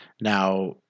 Now